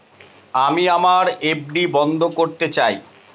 আমি আমার এফ.ডি বন্ধ করতে চাই